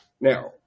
Now